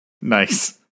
Nice